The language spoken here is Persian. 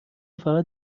فقط